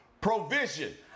provision